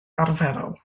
arferol